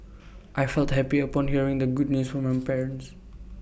I felt happy upon hearing the good news from my parents